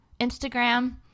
Instagram